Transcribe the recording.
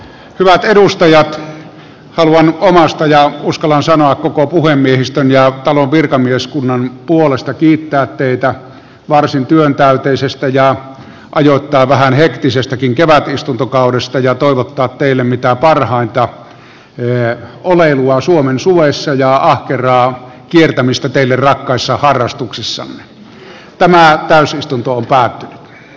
hyvät edustajat haluan omasta puolestani ja uskallan sanoa koko puhemiehistön ja talon virkamieskunnan puolesta kiittää teitä varsin työntäyteisestä ja ajoittain vähän hektisestäkin kevätistuntokaudesta ja toivottaa teille mitä parhainta oleilua suomen suvessa ja ahkeraa kiertämistä teille rakkaissa harrastuksissanne